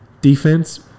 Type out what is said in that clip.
Defense